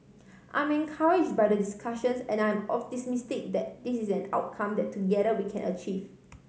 I'm encourage by the discussions and I am optimistic that this is an outcome that together we can achieve